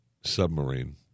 submarine